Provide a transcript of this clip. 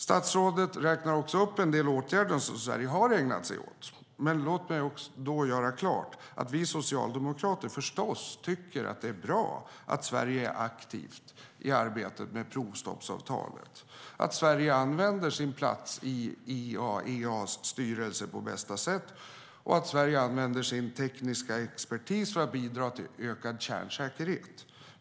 Statsrådet räknar upp en del åtgärder Sverige har ägnat sig åt. Låt mig då göra klart att vi socialdemokrater förstås tycker att det är bra att Sverige är aktivt i arbetet med provstoppsavtalet, att Sverige använder sin plats i IAEA:s styrelse på bästa sätt och att Sverige använder sin tekniska expertis för att bidra till ökad kärnsäkerhet.